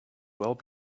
well